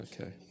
Okay